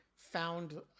found